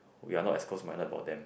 we are not as close minded about them